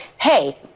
hey